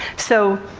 so,